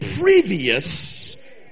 previous